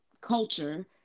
culture